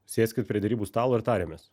sėskit prie derybų stalo ir tariamės